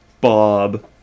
bob